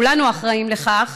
כולנו אחראים לכך